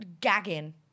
gagging